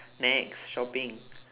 next shopping